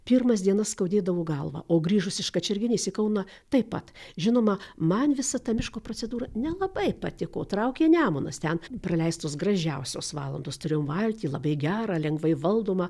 pirmas dienas skaudėdavo galvą o grįžus iš kačerginės į kauną taip pat žinoma man visa ta miško procedūra nelabai patiko traukė nemunas ten praleistos gražiausios valandos turėjom valtį labai gerą lengvai valdomą